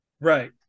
Right